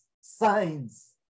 signs